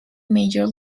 major